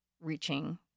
reaching